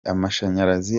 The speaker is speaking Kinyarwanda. amashanyarazi